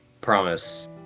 promise